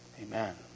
amen